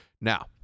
Now